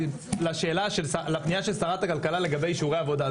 לפנייה של שרת הכלכלה לגבי אישורי עבודה,